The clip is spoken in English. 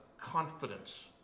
confidence